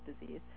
disease